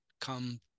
come